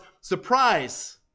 surprise